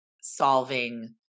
solving